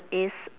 it's